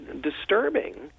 disturbing